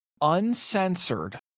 uncensored